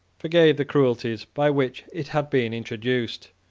forgave the cruelties by which it had been introduced.